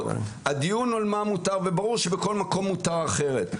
הדיון על מה מותר וברור שבכל מקום מותר אחרת,